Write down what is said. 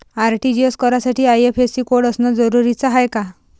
RTGS करासाठी IFSC code असनं जरुरीच हाय का?